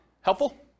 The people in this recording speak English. Helpful